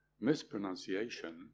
mispronunciation